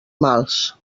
mals